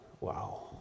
Wow